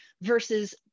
versus